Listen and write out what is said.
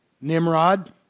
Nimrod